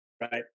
right